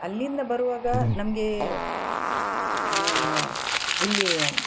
ಅಲ್ಲಿಂದ ಬರುವಾಗ ನಮ್ಗೆ ಇಲ್ಲಿ